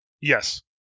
Yes